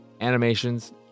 Animations